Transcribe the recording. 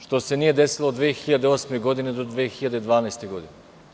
Što se nije desilo od 2008. godine do 2012. godine.